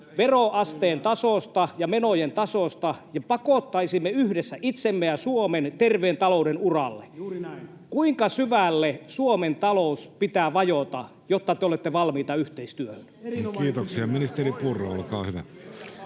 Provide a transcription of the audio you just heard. veroasteen tasosta ja menojen tasosta ja pakottaisimme yhdessä itsemme ja Suomen terveen talouden uralle. Kuinka syvälle Suomen talouden pitää vajota, jotta te olette valmiita yhteistyöhön? [Speech 74] Speaker: Jussi Halla-aho